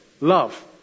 love